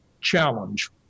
challenge